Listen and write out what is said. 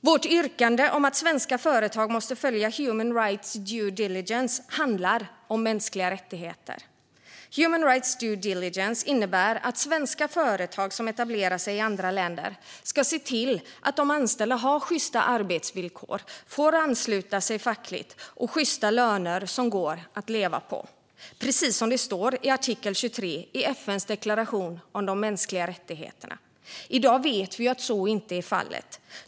Vårt yrkande om att svenska företag måste följa human rights due diligence handlar om mänskliga rättigheter. Human rights due diligence innebär att svenska företag som etablerar sig i andra länder ska se till att de anställda har sjysta arbetsvillkor, rätt att ansluta sig fackligt och sjysta löner som går att leva på - precis som det står i artikel 23 i FN:s deklaration om de mänskliga rättigheterna. I dag vet vi att så inte är fallet.